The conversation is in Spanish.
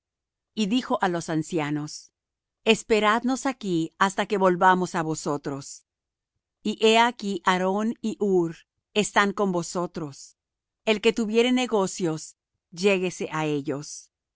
y dijo á los ancianos esperadnos aquí hasta que volvamos á vosotros y he aquí aarón y hur están con vosotros el que tuviere negocios lléguese á ellos